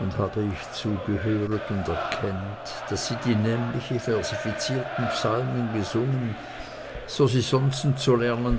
und habe ich zugehöret und erkennt daß sie die nämliche versificirten psalmen gesungen so sie sonsten zu lernen